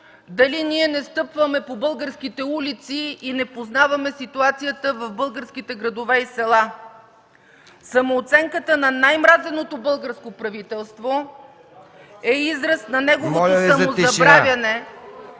дали не стъпваме по българските улици и не познаваме ситуацията в българските градове и села. Самооценката на най-мразеното българско правителство (шум и реплики от ДПС), е израз на неговото самозабравяне